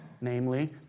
namely